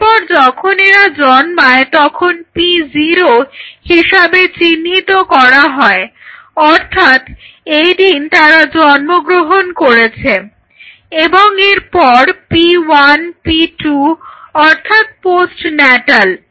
এরপর যখন এরা জন্মায় তখন P0 হিসেবে চিহ্নিত করা হয় অর্থাৎ এই দিন তারা জন্মগ্রহণ করেছে এবং এরপর P1 P2 অর্থাৎ পোস্টন্যাটাল